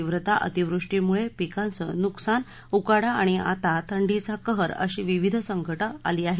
यंदा उन्हाची तीव्रता अतिवृष्टीमुळे पिकाचं नुकसान उकाडा आणि आता थंडीचा कहर अशी विविध संकटे आली आहेत